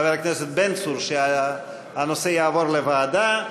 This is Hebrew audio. חבר הכנסת בן צור, הציע שהנושא יעבור לוועדה.